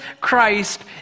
Christ